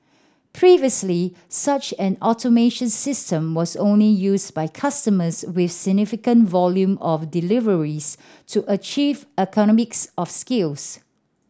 previously such an automation system was only used by customers with significant volume of deliveries to achieve economics of scales